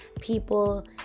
people